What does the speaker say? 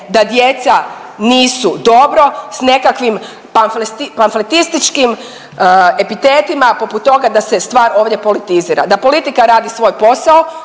da djeca nisu dobro sa nekakvim pamfletističkim epitetima poput toga da se stvar ovdje politizira. Da politika radi svoj posao